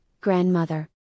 grandmother